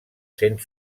sent